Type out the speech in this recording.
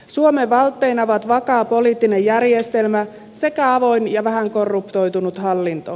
suomen valtteina ovat vakaa poliittinen järjestelmä sekä avoin ja vähän korruptoitunut hallinto